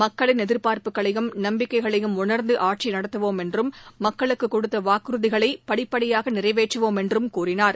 மக்களின் எதிர்பார்ப்புகளையும் நம்பிக்கைகளையும் உணர்ந்து ஆட்சி நடத்துவோம் என்றும் மக்களுக்கு கொடுத்த வாக்குறுதிகளை படிப்படியாக நிறைவேற்றுவோம் என்றும் கூறினார்